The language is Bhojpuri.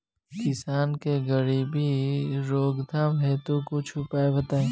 किसान के गरीबी रोकथाम हेतु कुछ उपाय बताई?